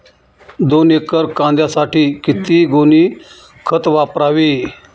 दोन एकर कांद्यासाठी किती गोणी खत वापरावे?